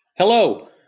Hello